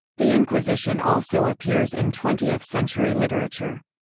the inquisition also appears in twentieth century literature.